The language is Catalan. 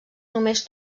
només